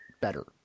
better